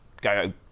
go